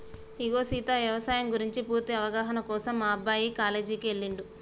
ఇగో సీత యవసాయం గురించి పూర్తి అవగాహన కోసం మా అబ్బాయి కాలేజీకి ఎల్లిండు